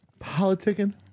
politicking